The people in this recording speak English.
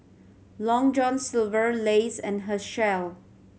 Long John Silver Lays and Herschel